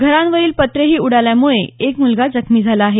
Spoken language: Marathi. घरांवरील पत्रेही उडाल्यामुळं एक मुलगा जखमी झाला आहे